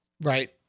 Right